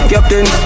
Captain